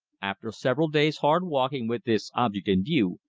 after several days' hard walking with this object in view,